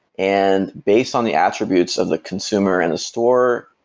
and based on the attributes of the consumer and the store,